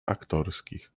aktorskich